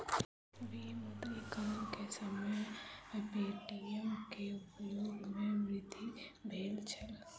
विमुद्रीकरण के समय पे.टी.एम के उपयोग में वृद्धि भेल छल